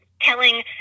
telling